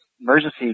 emergency